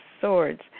Swords